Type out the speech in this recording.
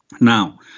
Now